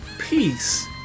peace